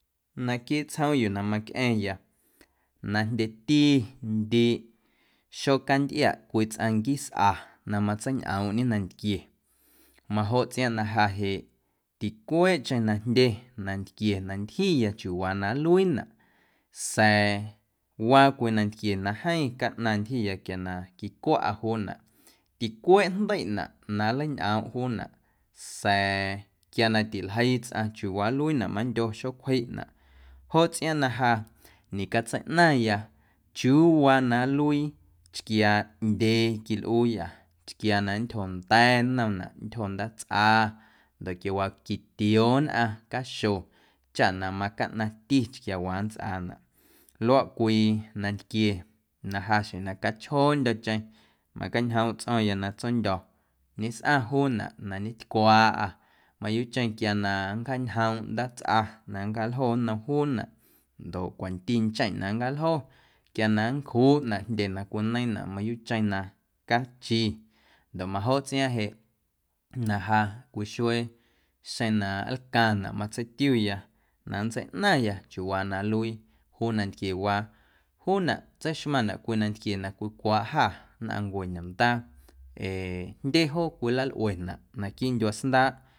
Naquiiꞌ tsjoom yuu na macꞌa̱ⁿya na jndyetindiiꞌ xocantꞌiaꞌ cwii tsꞌaⁿ nquiisꞌa na matseiñꞌoomꞌñe nantquie majoꞌ tsꞌiaaⁿꞌ na ja jeꞌ ticweeꞌcheⁿ na jndye nantquie na ntyjiaya chiuuwaa na nluiinaꞌ sa̱a̱ waa cwii nantquie na jeeⁿ caꞌnaⁿ ntyjiya quia na quicwaꞌa juunaꞌ ticweeꞌ jndeiꞌnaꞌ na nleiñꞌoomꞌ juunaꞌ sa̱a̱ quia na tiljeii tsꞌaⁿ chiuuwaa nluiinaꞌ mandyo xocwjiꞌnaꞌ joꞌ tsꞌiaaⁿꞌ na a ñecatseiꞌnaⁿya chiuuwaa na nluii chquiaa ꞌndyee quilꞌuuyâ chquiaa na nntyjo nda̱ nnomnaꞌ nntyjo ndaatsꞌa ndoꞌ quiawaa quitioo nnꞌaⁿ caxo chaꞌ na macaꞌnaⁿ chquiaawaa nntsꞌaanaꞌ luaꞌ cwii nantquie na ja xjeⁿ na cachjoondyo̱cheⁿ macañjoomꞌ tsꞌo̱ⁿya na tsondyo̱ ñesꞌaⁿ juunaꞌ na ñetcwaaꞌâ mayuuꞌcheⁿ quia na nncjaañjoomꞌ ndaatsꞌa na nncjaljo nnom juunaꞌ ndoꞌ cwanti ncheⁿ na nncaljo quia na nncjuꞌnaꞌ jndye na cwineiiⁿnaꞌ mayuuꞌcheⁿ na cachi ndoꞌ majoꞌ tsꞌiaaⁿꞌ jeꞌ na cwii xuee xeⁿ na nlcaⁿnaꞌ matseitiuya na nntseiꞌnaⁿya chiuuwaa na nluii juu nantquiewaa juunaꞌ tseixmaⁿnaꞌ cwii nantquie cwicwaaꞌjâ nnꞌaⁿncue ñomndaa ee jndye joo cwilalꞌuenaꞌ naquiiꞌ ndyuaa sndaaꞌ.